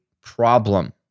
problem